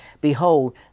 Behold